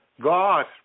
God